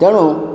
ତେଣୁ